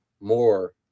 more